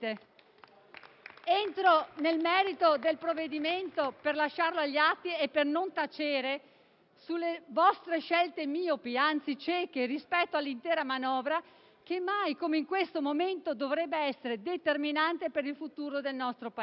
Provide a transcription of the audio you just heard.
Entro nel merito del provvedimento per lasciare agli atti e per non tacere sulle vostre scelte miopi, anzi cieche, rispetto all'intera manovra, che mai come in questo momento dovrebbe essere determinante per il futuro del nostro Paese.